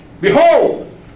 behold